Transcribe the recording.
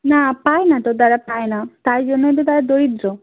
না পায় না তো তারা পায় না তাই জন্যই তো তারা দরিদ্র